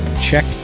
Check